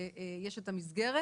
ויש את המסגרת